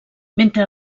mentre